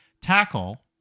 tackle